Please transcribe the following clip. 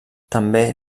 també